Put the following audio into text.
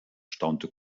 staunte